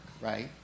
right